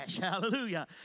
Hallelujah